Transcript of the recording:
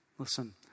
Listen